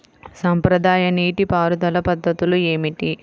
సాంప్రదాయ నీటి పారుదల పద్ధతులు ఏమిటి?